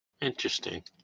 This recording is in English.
Interesting